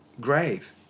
grave